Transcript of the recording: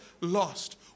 lost